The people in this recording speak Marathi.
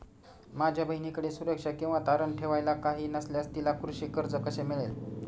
माझ्या बहिणीकडे सुरक्षा किंवा तारण ठेवायला काही नसल्यास तिला कृषी कर्ज कसे मिळेल?